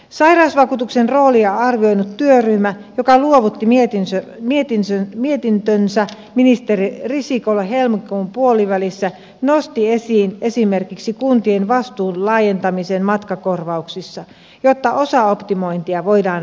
sairausvakuutuksen roolia arvioinut työryhmä joka luovutti mietintönsä ministeri risikolle helmikuun puolivälissä nosti esiin esimerkiksi kuntien vastuun laajentamisen matkakorvauksissa jotta osaoptimointia voidaan välttää